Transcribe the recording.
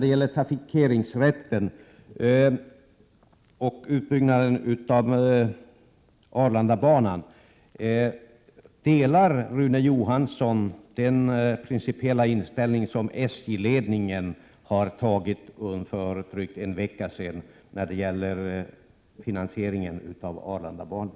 Jag vill till slut fråga om Rune Johansson delar den principiella ståndpunkt som SJ:s ledning intog för drygt en vecka sedan när det gäller trafikeringsrätten och finansieringen av Arlandabanan.